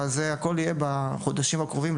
אבל זה הכל יהיה בחודשים הקרובים,